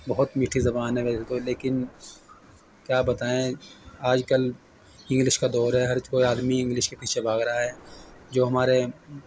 بہت میٹھی زبان ہے ویسے تو لیکن کیا بتائیں آج کل انگلش کا دور ہے ہر کوئی آدمی انگلش کے پیچھے بھاگ رہا ہے جو ہمارے